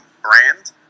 brand